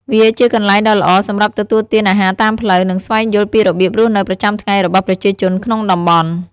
វាជាកន្លែងដ៏ល្អសម្រាប់ទទួលទានអាហារតាមផ្លូវ និងស្វែងយល់ពីរបៀបរស់នៅប្រចាំថ្ងៃរបស់ប្រជាជនក្នុងតំបន់។